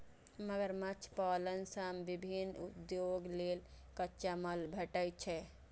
मगरमच्छ पालन सं विभिन्न उद्योग लेल कच्चा माल भेटै छै